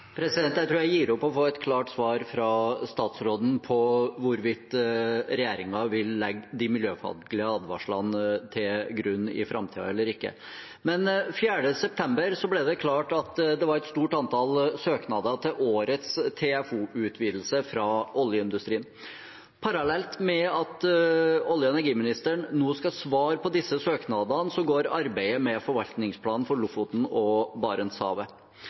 Jeg tror jeg gir opp å få et klart svar fra statsråden på hvorvidt regjeringen vi legge de miljøfaglige advarslene til grunn i framtiden eller ikke. Men: Den 4. september ble det klart at det var et stort antall søknader fra oljeindustrien til årets TFO-utvidelse. Parallelt med at olje- og energiministeren nå skal svare på disse søknadene, går arbeidet med forvaltningsplanen for Lofoten og Barentshavet.